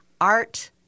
Art